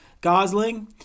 Gosling